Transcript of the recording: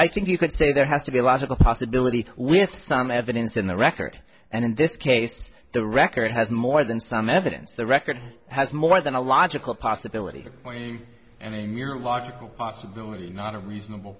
i think you could say there has to be a logical possibility with some evidence in the record and in this case the record has more than some evidence the record has more than a logical possibility of point and a mere logical possibility not a reasonable